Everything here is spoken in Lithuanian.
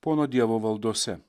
pono dievo valdose